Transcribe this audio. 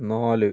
നാല്